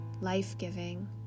life-giving